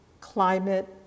climate